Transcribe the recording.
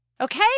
Okay